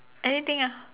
anything ah